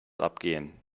abgehen